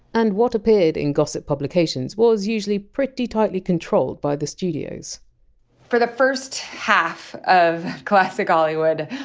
and what appeared in gossip publications was usually pretty tightly controlled by the studios for the first half of classic hollywood,